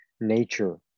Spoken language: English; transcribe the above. nature